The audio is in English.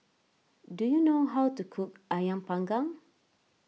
do you know how to cook Ayam Panggang